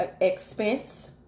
expense